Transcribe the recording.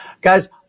guys